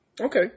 Okay